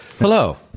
Hello